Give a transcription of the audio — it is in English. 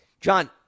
John